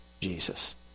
Jesus